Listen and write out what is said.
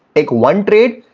take one trade